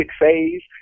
phase